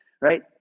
right